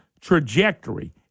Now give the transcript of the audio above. trajectory